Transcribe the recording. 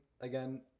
again